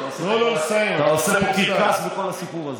אתה עושה פה קרקס מכל הסיפור הזה.